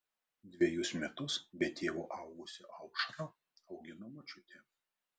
dvejus metus be tėvo augusią aušrą augino močiutė